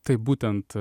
taip būtent